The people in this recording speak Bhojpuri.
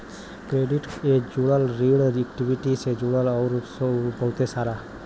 क्रेडिट ए जुड़ल, ऋण इक्वीटी से जुड़ल अउर बहुते सारा